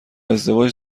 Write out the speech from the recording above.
ازدواج